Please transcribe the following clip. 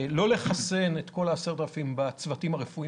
לא לחסן בכל ה-10,000 את הצוותים הרפואיים